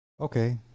Okay